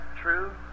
true